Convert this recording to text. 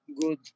good